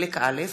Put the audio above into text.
חלק א',